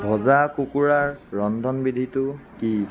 ভজা কুকুৰাৰ ৰন্ধনবিধিটো কি